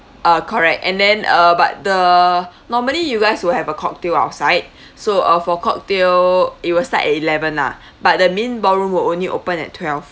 uh correct and then uh but the normally you guys will have a cocktail outside so uh for cocktail it will start at eleven lah but the main ballroom will only open at twelve